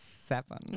seven